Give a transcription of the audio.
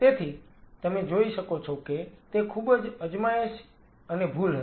તેથી તમે જોઈ શકો છો કે તે ખૂબ જ અજમાયશ અને ભૂલ હતી